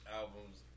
albums